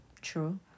True